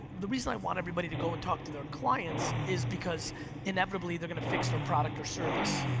the reason i wanted everybody to go and talk to their clients is because inevitably they're gonna fix their product or service.